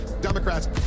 democrats